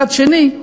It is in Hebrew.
מצד שני,